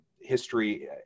history